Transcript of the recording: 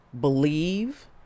believe